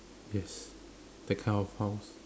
yes that kind of house